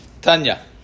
Tanya